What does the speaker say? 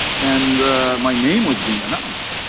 and my name was being announced,